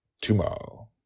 tomorrow